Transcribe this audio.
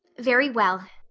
very well,